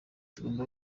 tugomba